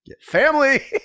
family